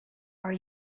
are